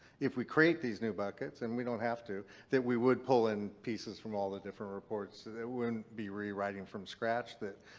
if we create these new buckets, and we don't have to, that we would pull in pieces from all the different reports. it wouldn't be rewriting from scratch that,